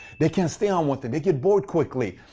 they can't stay on one thing. they get bored quickly.